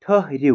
ٹھٔہرِو